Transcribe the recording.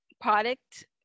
product